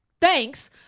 Thanks